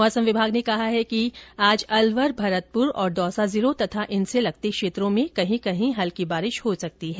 मौसम विभाग ने कहा है कि आज अलवर भरतपुर और दौसा जिलों तथा इनसे लगते क्षेत्रों में कहीं कहीं हल्की बारिश हो सकती है